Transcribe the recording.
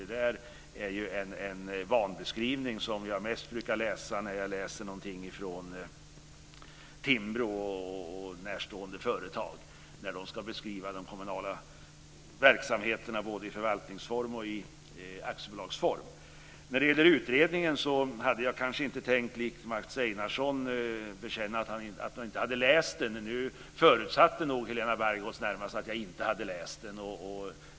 Det är en vanföreställning som jag brukar se när jag läser någonting från Timbro och närstående företag, när de ska beskriva kommunal verksamhet i både förvaltningsform och aktiebolagsform. När det gäller utredningen hade jag kanske inte tänkt att likt Mats Einarsson bekänna att jag inte hade läst den. Nu förutsatte nog Helena Bargholtz närmast att jag inte hade läst den.